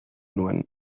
nuen